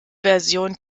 version